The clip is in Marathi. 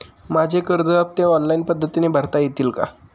माझे कर्ज हफ्ते ऑनलाईन पद्धतीने भरता येतील का?